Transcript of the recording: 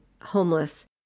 homeless